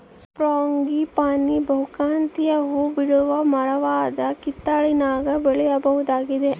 frangipani ಬಹುಕಾಂತೀಯ ಹೂಬಿಡುವ ಮರವಾಗದ ಹಿತ್ತಲಿನಾಗ ಬೆಳೆಯಬಹುದಾಗಿದೆ